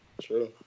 True